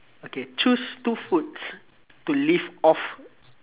okay choose two foods to live off